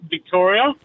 Victoria